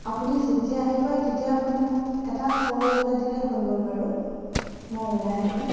আপুনি যেতিয়া আহি পায় তেতিয়া আপুনি মোক এটা কল লগাই দিলে হৈ গ'ল বাৰু মই ওলাই আহিম